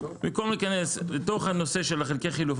במקום להיכנס לתוך הנושא של חלקי חילוף,